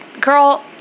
Girl